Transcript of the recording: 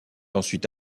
ensuite